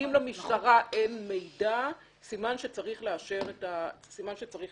אם למשטרה אין מידע, סימן שצריך לאשר את הבקשה.